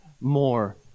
more